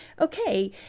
okay